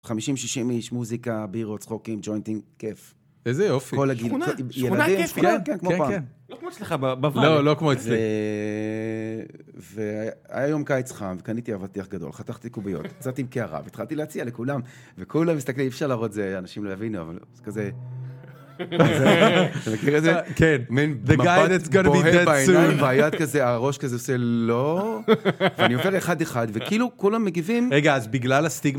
50-60 איש, מוזיקה, בירות, צחוקים, ג'וינטים, כיף. - איזה יופי. - כל הגיל - שכונה כיף, כן, כן, כן. לא כמו שלך בבית. - לא, לא כמו אצלי. והיה יום קיץ חם, וקניתי אבטיח גדול, חתכתי קוביות, יצאתי עם קערה, והתחלתי להציע לכולם, וכולם מסתכלים, אי אפשר להראות את זה, אנשים לא יבינו, אבל זה כזה... אתה מכיר את זה? - כן. מפת - בוהה בעיניים, והיד כזה, הראש כזה עושה, לא. ואני עובר אחד אחד, וכאילו, כולם מגיבים. - רגע, אז בגלל הסטיגמה.